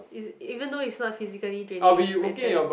it's even though it's not physically draining it's mentally